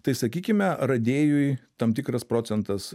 tai sakykime radėjui tam tikras procentas